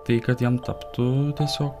tai kad jam taptų tiesiog